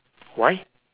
why